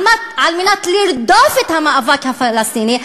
על מנת לרדוף את המאבק הפלסטיני.